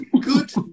good